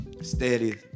Steady